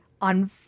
on